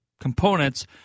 components